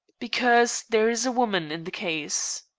because there is a woman in the case.